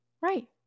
Right